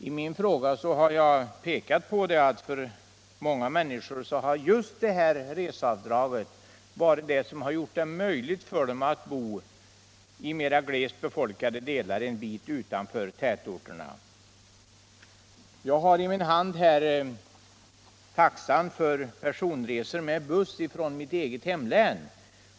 I min fråga har jag pekat på att just resekostnadsavdraget gjort det möjligt för många människor att bo i mer glest befolkade delar av landet en bit utanför tätorterna. Jag har i min hand taxan för personresor med buss i mitt eget hemlän.